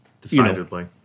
decidedly